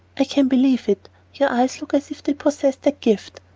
i can believe it your eyes look as if they possessed that gift.